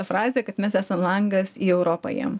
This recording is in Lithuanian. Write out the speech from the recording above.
frazę kad mes esam langas į europą jiem